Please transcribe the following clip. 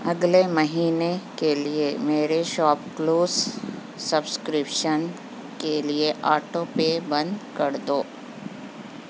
اگلے مہینے کے لیے میرے شاپ کلوس سبسکرپشن کے لیے آٹو پے بند کر دو